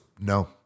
no